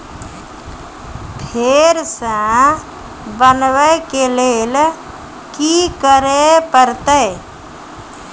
फेर सॅ बनबै के लेल की करे परतै?